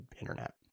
internet